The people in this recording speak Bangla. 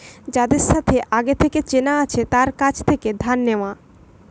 যাদের সাথে আগে থেকে চেনা আছে তার কাছ থেকে ধার নেওয়া